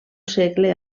segle